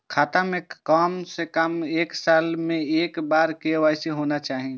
खाता में काम से कम एक साल में एक बार के.वाई.सी होना चाहि?